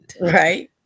Right